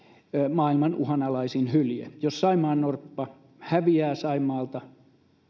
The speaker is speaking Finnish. maailman uhanalaisin hylje jos saimaannorppa häviää saimaalta